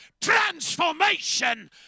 transformation